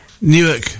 Newark